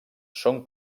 són